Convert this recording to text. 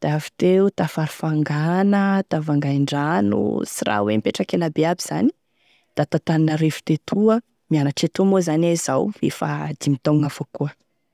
da avy teo ta Farafangana, ta Vangaindrano sy raha hoe nipetraky ela be aby zany da ta Antananarivo tetoa, mianatra etoa moa iay zao efa dimy taogny avao koa.